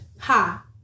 Ha